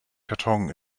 karton